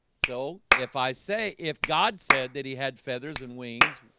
so if i say if god said that he had feathers and wings